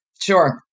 sure